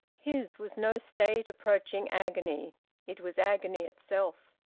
his was no state approaching agony it was agony itself,